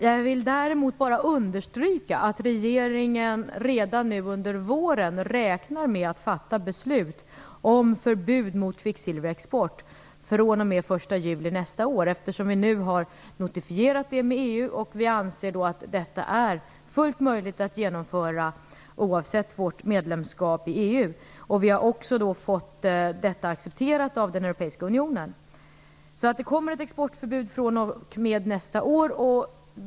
Jag vill däremot bara understryka att regeringen redan nu under våren räknar med att fatta beslut om förbud mot kvicksilverexport fr.o.m.den 1 juli nästa år, eftersom vi nu har notifierat det med EU. Vi anser då att detta är fullt möjligt att genomföra oavsett vårt medlemskap i EU. Vi har också fått detta accepterat av den europeiska unionen. Det kommer alltså ett exportförbud fr.o.m. nästa är.